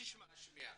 תן לי גם להשמיע.